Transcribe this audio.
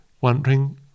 wondering